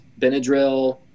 Benadryl